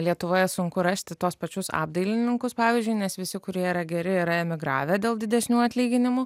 lietuvoje sunku rasti tuos pačius apdailininkus pavyzdžiui nes visi kurie yra geri yra emigravę dėl didesnių atlyginimų